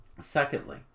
Secondly